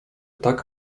tak